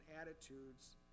attitudes